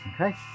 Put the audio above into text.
Okay